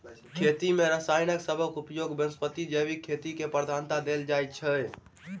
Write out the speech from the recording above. खेती मे रसायन सबहक उपयोगक बनस्पैत जैविक खेती केँ प्रधानता देल जाइ छै